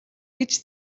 гэж